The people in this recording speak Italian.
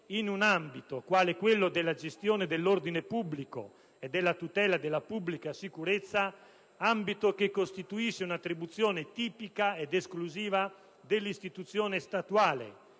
in un ambito, quale quello della gestione dell'ordine pubblico e della tutela della pubblica sicurezza, che costituisce un'attribuzione tipica ed esclusiva dell'istituzione statuale,